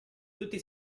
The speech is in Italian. tutti